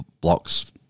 blocks